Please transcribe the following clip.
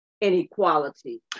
inequality